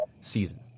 season